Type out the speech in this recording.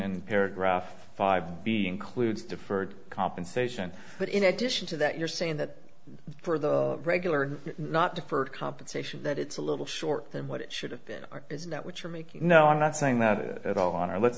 and paragraph five be includes deferred compensation but in addition to that you're saying that for the regular not deferred compensation that it's a little short than what it should have been isn't that what you're making no i'm not saying that it all on or l